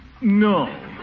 No